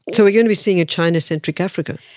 so we're going to be seeing a china-centric africa.